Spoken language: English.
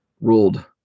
ruled